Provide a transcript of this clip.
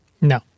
No